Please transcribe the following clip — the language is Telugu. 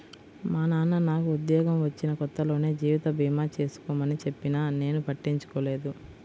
మా నాన్న నాకు ఉద్యోగం వచ్చిన కొత్తలోనే జీవిత భీమా చేసుకోమని చెప్పినా నేను పట్టించుకోలేదు